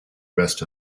rest